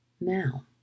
now